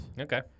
Okay